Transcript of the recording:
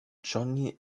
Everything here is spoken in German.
johnny